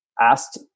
asked